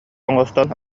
оҥостон